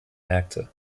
märkte